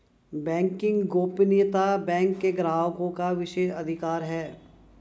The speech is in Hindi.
बैंकिंग गोपनीयता बैंक के ग्राहकों का विशेषाधिकार है